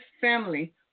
family